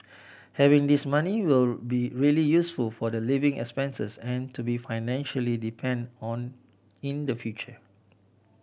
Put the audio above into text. having this money will be really useful for the living expenses and to be financially depend on in the future